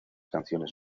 canciones